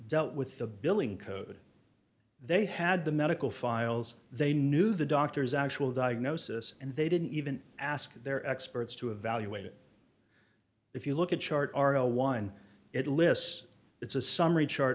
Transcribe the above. dealt with the billing code they had the medical files they knew the doctor's actual diagnosis and they didn't even ask their experts to evaluate it if you look at chart r o one it lists it's a summary char